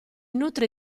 nutre